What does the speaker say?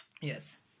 Yes